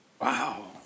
wow